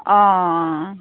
অঁ